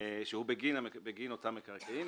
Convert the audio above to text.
שהוא בגין אותם מקרקעין.